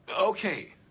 okay